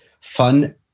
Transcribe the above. fun